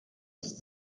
ist